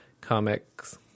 comics